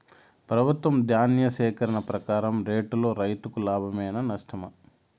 ప్రభుత్వం ధాన్య సేకరణ ప్రకారం రేటులో రైతుకు లాభమేనా నష్టమా?